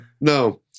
No